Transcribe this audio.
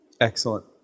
Excellent